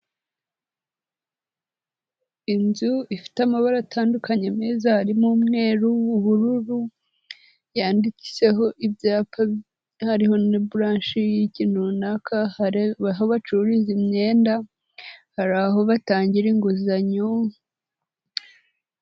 Inzu ifite amabara atandukanye meza, harimo umweru, ubururu yanditseho ibyapa hariho na buranshi y'ikintu runaka hari aho bacururiza imyenda, hari aho batangira inguzanyo.